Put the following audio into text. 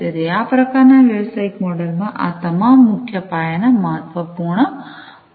તેથી આ પ્રકારના વ્યવસાયિક મોડેલમાં આ તમામ મુખ્ય પાયાના મહત્વપૂર્ણ પાસાઓ છે